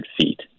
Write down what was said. feet